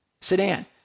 sedan